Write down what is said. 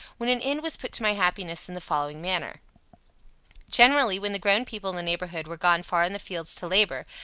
when an end was put to my happiness in the following manner generally when the grown people in the neighbourhood were gone far in the fields to labour,